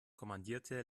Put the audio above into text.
kommandierte